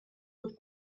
with